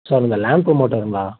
sir இந்த land புரமோட்டருங்களா